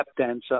dancer